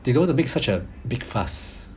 they don't wanna make such a big fast